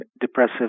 depressive